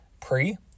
Pre